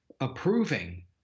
approving